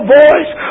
voice